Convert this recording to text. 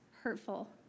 hurtful